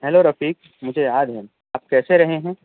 hello Rafiq مجھے یاد ہے آپ کیسے رہے ہیں